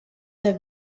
have